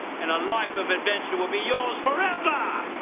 and a life of adventure will be yours forever.